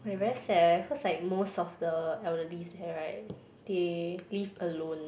like very sad eh cause like most of the elderly there right they live alone